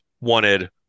wanted